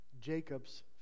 Jacob's